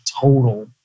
total